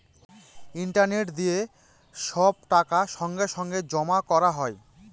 internet দিয়ে সব টাকা সঙ্গে সঙ্গে জমা করা হয়